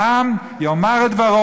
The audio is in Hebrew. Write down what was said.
העם יאמר את דברו.